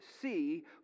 see